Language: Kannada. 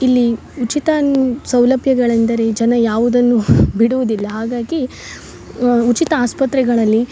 ಇಲ್ಲಿ ಉಚಿತನ್ ಸೌಲಭ್ಯಗಳೆಂದರೆ ಈ ಜನ ಯಾವುದನ್ನು ಬಿಡುವುದಿಲ್ಲ ಹಾಗಾಗಿ ಉಚಿತ ಆಸ್ಪತ್ರೆಗಳಲ್ಲಿ